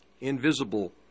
invisible